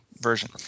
version